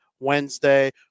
Wednesday